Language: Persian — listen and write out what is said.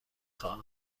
خواهم